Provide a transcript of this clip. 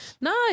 Nice